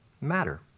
matter